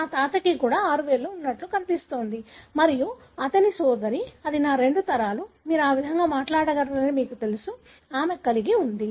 నా తాతకు కూడా ఆరు వేళ్లు ఉన్నట్లు కనిపిస్తోంది మరియు అతని సోదరి అది నా రెండు తరాలు మీరు ఆ విధంగా మాట్లాడగలరని మీకు తెలుసు ఆమె కలిగి ఉంది